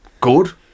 Good